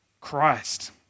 Christ